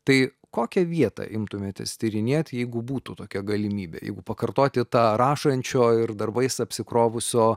tai kokią vietą imtumėtės tyrinėt jeigu būtų tokia galimybė jeigu pakartoti tą rašančio ir darbais apsikrovusio